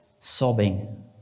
sobbing